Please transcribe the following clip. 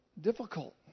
difficult